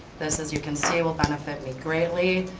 this as you can see will benefit me greatly.